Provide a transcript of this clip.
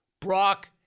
Brock